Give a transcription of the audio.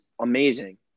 amazing